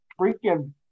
freaking